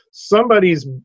somebody's